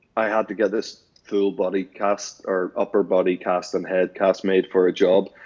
i had to get this full body cast or, upper body cast and head cast made for a job,